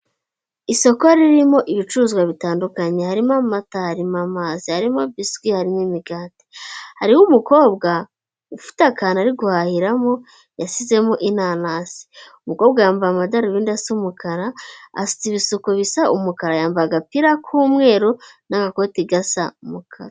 Isoko ririmo ibicuruzwa bitandukanye, harimo amata, harimo amazi, harimo biswi, harimo imigati, hariho umukobwa ufite akantu ari guhahiramo yasizemo inanasi, umukobwa yambaye amadarubindi asa umukara afite ibisuko bisa umukara, yambaye agapira k'umweru n'agakoti gasa umukara.